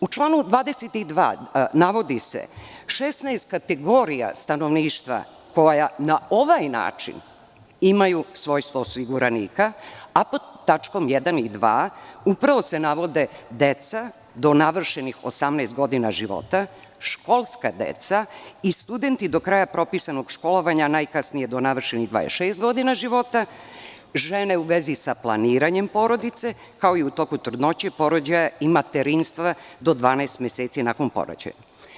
U članu 22. navodi se 16 kategorija stanovništva koja na ovaj način imaju svojstvo osiguranika, a pod tačkama 1. i 2. upravo se navode deca do navršenih 18 godina života, školska deca i studenti do kraja propisanog školovanja, najkasnije do navršenih 26 godina života, žene u vezi sa planiranjem porodice, kao i u toku trudnoće, porođaja i materinstva do 12 meseci nakon porođaja.